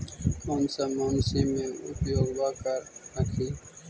कौन सा मसिन्मा मे उपयोग्बा कर हखिन?